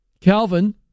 Calvin